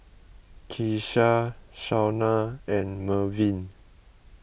Keesha Shaunna and Mervin